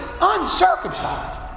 uncircumcised